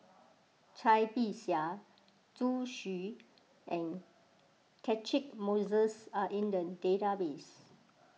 Cai Bixia Zhu Xu and Catchick Moses are in the database